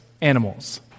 animals